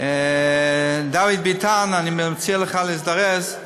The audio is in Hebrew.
דוד ביטן, אני מציע לך להזדרז.